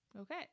Okay